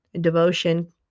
devotion